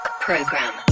Program